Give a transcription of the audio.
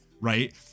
Right